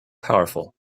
powerful